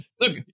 Look